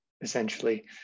essentially